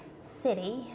city